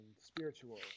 spiritual